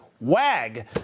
WAG